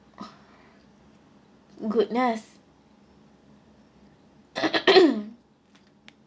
goodness